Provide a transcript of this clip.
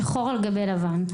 שחור על גבי לבן.